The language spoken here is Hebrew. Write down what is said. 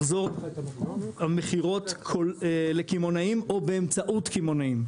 מחזור המכירות לקמעונאים או באמצעות קמעונאים,